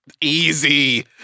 Easy